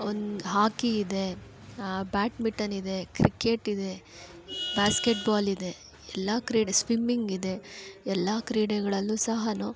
ಒಂದು ಹಾಕಿ ಇದೆ ಬ್ಯಾಟ್ಮಿಟನ್ ಇದೆ ಕ್ರಿಕೆಟಿದೆ ಬ್ಯಾಸ್ಕೆಟ್ ಬಾಲಿದೆ ಎಲ್ಲ ಕ್ರೀಡೆ ಸ್ವಿಮ್ಮಿಂಗಿದೆ ಎಲ್ಲ ಕ್ರೀಡೆಗಳಲ್ಲು ಸಹ ನಾವು